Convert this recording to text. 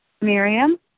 Miriam